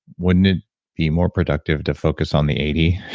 wouldn't it be more productive to focus on the eighty?